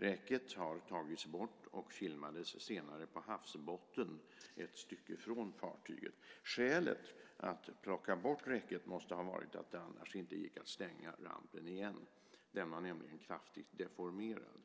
Räcket har tagits bort och filmades senare på havsbotten ett stycke från fartyget. Skälet till att plocka bort räcket måste ha varit att det annars inte gick att stänga rampen igen. Den var nämligen kraftigt deformerad.